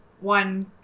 one